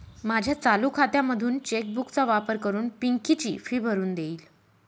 माझ्या चालू खात्यामधून चेक बुक चा वापर करून पिंकी ची फी भरून देईल